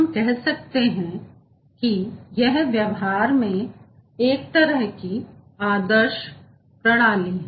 तो हम यह कह सकते हैं कि यह व्यवहार में एक तरह की आदर्श प्रणाली है